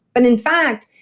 but in fact,